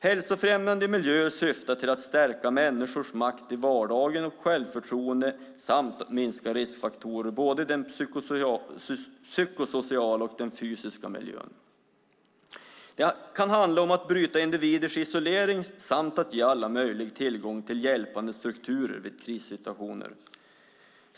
Hälsofrämjande miljöer syftar till att stärka människors makt i vardagen och självförtroende samt till att minska riskfaktorer både i den psykosociala och i den fysiska miljön. Det kan handla om att bryta individers isolering samt att ge alla tillgång till hjälpande strukturer vid krissituationer.